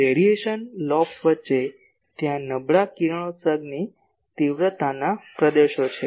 radiation lobes વચ્ચે ત્યાં નબળા કિરણોત્સર્ગની તીવ્રતાના પ્રદેશો છે